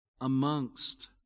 amongst